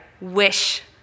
wish